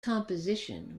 composition